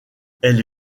elle